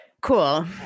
cool